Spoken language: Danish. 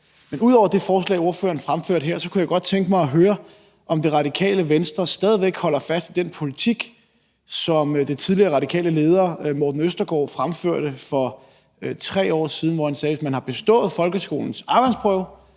Men ud over det forslag, ordføreren fremførte her, kunne jeg godt tænke mig at høre, om Radikale Venstre stadig væk holder fast i den politik, som den tidligere radikale leder Morten Østergaard fremførte for 3 år siden, hvor han sagde, at hvis man har bestået folkeskolens afgangsprøve